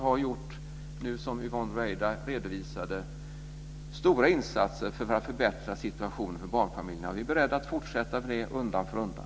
Som Yvonne Ruwaida redovisade har vi gjort stora insatser för att förbättra för barnfamiljerna, och vi är beredda att fortsätta med det undan för undan.